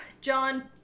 John